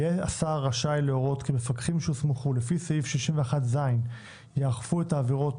יהיה השר רשאי להורות כי מפקחים שהוסמכו לפי סעיף 61ז יאכפו את העבירות